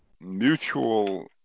mutual